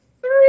Three